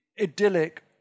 Idyllic